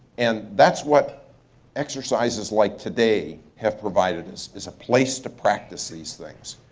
and that's what exercises like today have provided us. it's a place to practice these things.